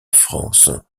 france